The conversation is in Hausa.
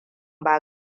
ba